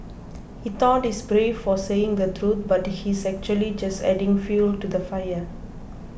he thought he's brave for saying the truth but he's actually just adding fuel to the fire